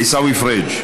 עיסאווי פריג'